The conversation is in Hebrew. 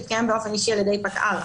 תתקיים באופן אישי על ידי פקע"ר,